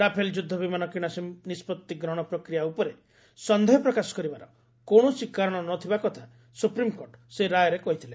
Rafale ଯୁଦ୍ଧ ବିମାନ କିଣା ନିଷ୍ପଭି ଗ୍ରହଣ ପ୍ରକ୍ରିୟା ଉପରେ ସନ୍ଦେହ ପ୍ରକାଶ କରିବାର କୌଣସି କାରଣ ନଥିବା କଥା ସ୍ୱପ୍ରିମକୋର୍ଟ ସେହି ରାୟରେ କହିଥିଲେ